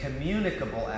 communicable